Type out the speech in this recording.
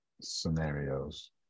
scenarios